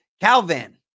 Calvin